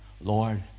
Lord